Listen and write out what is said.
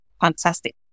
fantastic